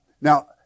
now